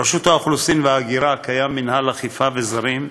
ברשות האוכלוסין וההגירה יש מינהל אכיפה וזרים,